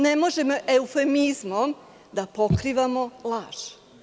Ne možemo eufemizmom da pokrivamo laž.